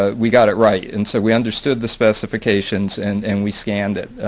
ah we got it right. and so we understood the specifications and and we scanned it,